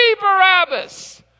Barabbas